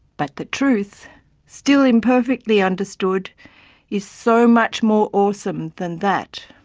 but the truth still imperfectly understood is so much more awesome than that.